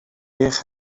eich